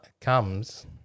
comes